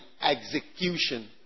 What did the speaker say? execution